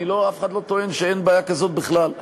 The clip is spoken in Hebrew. אף אחד לא טוען שאין בעיה כזאת בכלל.